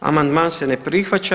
Amandman se ne prihvaća.